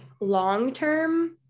long-term